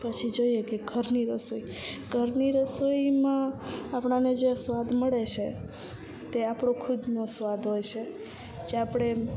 પછી જોઈએ કે ઘરની રસોઈ ઘરની રસોઈમાં આપણાને જે સ્વાદ મળે છે તે આપણો ખુદનો સ્વાદ હોય છે જે આપણે